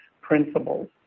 principles